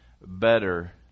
better